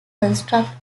construct